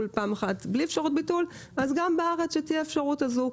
ופעם אחת בלי אפשרות ביטול אז גם בארץ שתהיה האפשרות הזו.